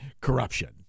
corruption